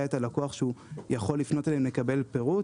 את הלקוח שהוא יכול לפנות אליהם לקבל פירוט,